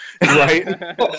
right